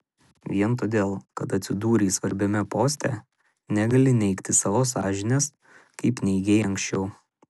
vien todėl kad atsidūrei svarbiame poste negali neigti savo sąžinės kaip neigei anksčiau